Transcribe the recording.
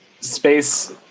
Space